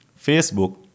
Facebook